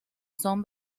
son